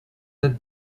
tête